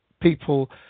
people